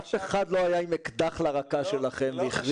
אף אחד לא היה עם אקדח לרקה שלכם והכריח אתכם.